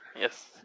Yes